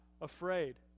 afraid